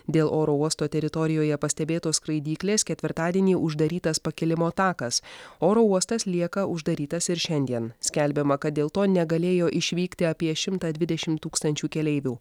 dėl oro uosto teritorijoje pastebėtos skraidyklės ketvirtadienį uždarytas pakilimo takas oro uostas lieka uždarytas ir šiandien skelbiama kad dėl to negalėjo išvykti apie šimtą dvidešimt tūkstančių keleivių